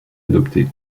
adoptée